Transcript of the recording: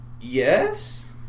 yes